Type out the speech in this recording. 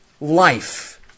Life